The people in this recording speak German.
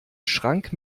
schrank